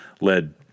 led